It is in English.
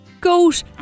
goat